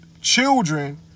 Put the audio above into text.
children